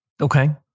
Okay